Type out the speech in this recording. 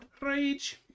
rage